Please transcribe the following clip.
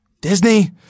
Disney